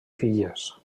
filles